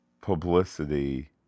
publicity